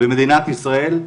במדינת ישראל,